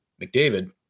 McDavid